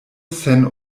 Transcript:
sen